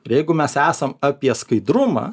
ir jeigu mes esam apie skaidrumą